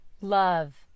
love